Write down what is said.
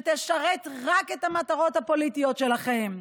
שתשרת רק את המטרות הפוליטיות שלכם.